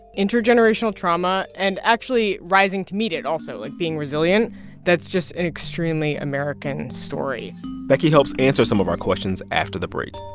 intergenerational trauma and actually, rising to meet it also, like being resilient that's just an extremely american story becky helps answer some of our questions after the break.